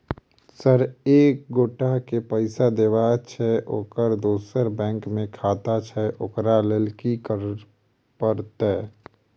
Sir एक एगोटा केँ पैसा देबाक छैय ओकर दोसर बैंक मे खाता छैय ओकरा लैल की करपरतैय?